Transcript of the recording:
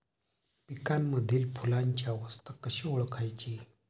पिकांमधील फुलांची अवस्था कशी ओळखायची?